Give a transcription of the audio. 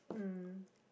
<S<